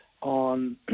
on